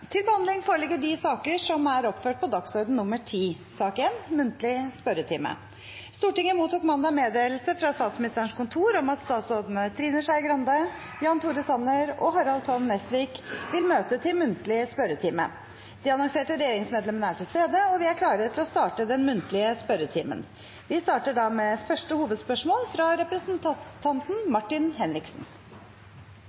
Stortinget mottok mandag meddelelse fra Statsministerens kontor om at statsrådene Trine Skei Grande, Jan Tore Sanner og Harald T. Nesvik vil møte til muntlig spørretime. De annonserte regjeringsmedlemmene er til stede, og vi er klare til å starte den muntlige spørretimen. Vi starter da med første hovedspørsmål, fra representanten